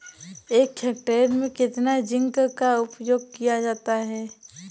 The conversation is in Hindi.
एक हेक्टेयर में कितना जिंक का उपयोग किया जाता है?